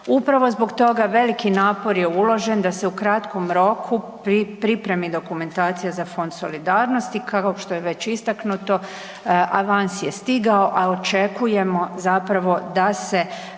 Upravo zbog toga veliki napor je uložen da se u kratkom roku pripremi dokumentacija za Fond solidarnosti, kao što je već istaknuto avans je stigao, a očekujemo zapravo da se